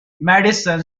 madison